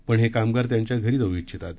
पण हे कामगार त्यांच्या घरी जाऊ इच्छितात